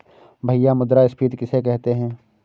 भैया मुद्रा स्फ़ीति किसे कहते हैं?